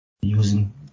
using